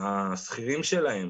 לשכירים שלהם